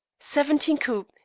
seventeen coups,